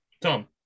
Tom